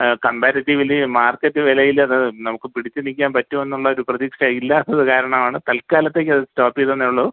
comparatively market വിലയിലത് നമുക്ക് പിടിച്ച് നിൽക്കാൻ പറ്റൂന്നുള്ളൊരു പ്രതീക്ഷ ഇല്ലാത്തത് കാരണവാണ് താൽക്കാലത്തേക്കത് സ്റ്റോപ്പ് ചെയ്തെന്നേ ഉള്ളൂ